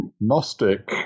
Gnostic